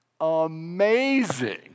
amazing